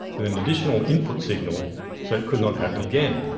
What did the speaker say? with an additional input signal so it could not happen again.